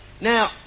Now